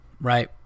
right